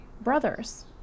brothers